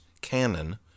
canon